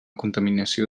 contaminació